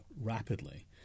rapidly